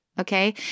Okay